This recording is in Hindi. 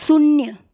शून्य